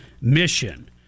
mission